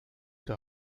der